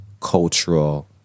cultural